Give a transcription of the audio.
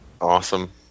Awesome